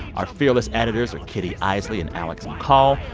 our fearless editors are kitty eisele and alex mccall.